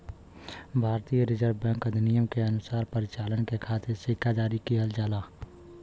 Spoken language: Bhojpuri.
भारतीय रिजर्व बैंक अधिनियम के अनुसार परिचालन के खातिर सिक्का जारी किहल जाला